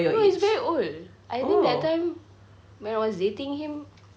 no he's very old I think that time when I was dating him